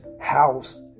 house